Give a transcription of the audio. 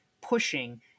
pushing